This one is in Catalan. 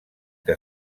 que